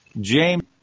James